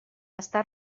està